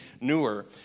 newer